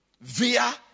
Via